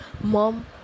Mom